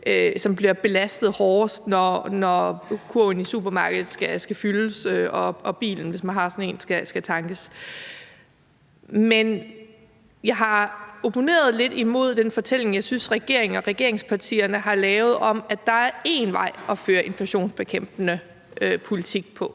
som bliver belastet hårdest, når kurven i supermarkedet skal fyldes og bilen, hvis man har sådan en, skal tankes op. Men jeg har opponeret lidt imod den fortælling, som jeg synes regeringen og regeringspartierne har lavet, om, at der er én vej til at føre inflationsbekæmpende politik,